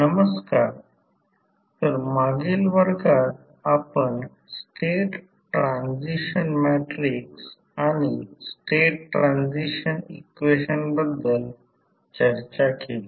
नमस्कार तर मागील वर्गात आपण स्टेट ट्रान्सिशन मॅट्रिक्स आणि स्टेट ट्रान्सिशन इक्वेशन बद्दल चर्चा केली